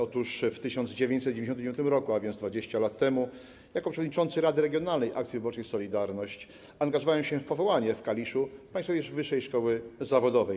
Otóż w 1999 r., a więc 20 lat temu, jako przewodniczący rady regionalnej Akcji Wyborczej Solidarność angażowałem się w powołanie w Kaliszu Państwowej Wyższej Szkoły Zawodowej.